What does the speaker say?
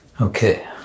Okay